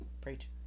preach